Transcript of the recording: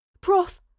Prof